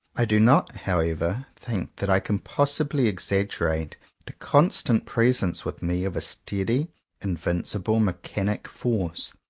i do not, however, think that i can possibly exaggerate the constant presence with me of a steady invincible mechanic force,